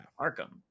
Arkham